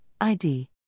ID